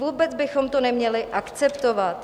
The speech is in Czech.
Vůbec bychom to neměli akceptovat.